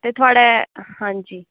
ते थुआढ़े हांजी